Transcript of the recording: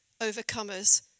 overcomers